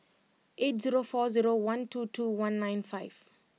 eight zero four zero one two two one nine five